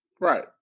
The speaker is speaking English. Right